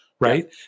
Right